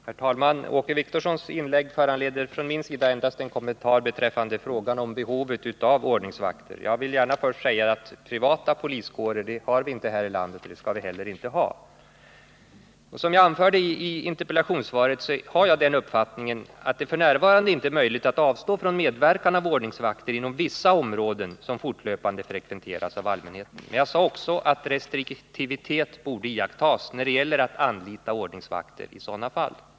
Herr talman! Åke Wictorssons inlägg föranleder endast en kommentar från mig beträffande frågan om behovet av ordningsvakter. Men jag vill gärna först säga att privata poliskårer har vi inte här i landet, och det skall vi inte heller ha. Som jag anförde i interpellationssvaret har jag den uppfattningen att det a f.n. inte är möjligt att avstå från medverkan av ordningsvakter inom vi områden som fortlöpande frekventeras av allmänheten. Men jag sade också att restriktivitet borde iakttas när det gäller att anlita ordningsvakter i sådana fall.